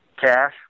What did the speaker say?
cash